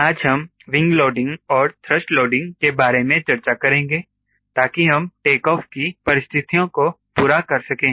आज हम wing loading और थ्रस्ट लोडिंग के बारे में चर्चा करेंगे ताकि हम टेक ऑफ की परिस्थितियों को पूरा कर सकें